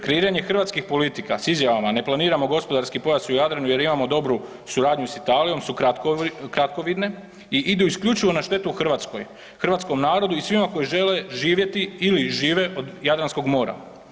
Kreiranje hrvatskih politika s izjavama ne planiramo gospodarski pojas u Jadranu jer imamo dobru suradnju s Italijom su kratkovidne i idu isključivo na štetu Hrvatskoj, hrvatskom narodu i svima koji žele živjeti ili žive od Jadranskog mora.